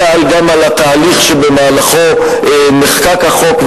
אלא גם על התהליך שבמהלכו נחקק החוק,